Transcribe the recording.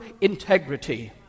integrity